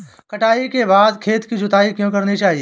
कटाई के बाद खेत की जुताई क्यो करनी चाहिए?